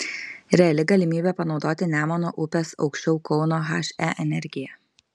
reali galimybė panaudoti nemuno upės aukščiau kauno he energiją